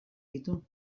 ditu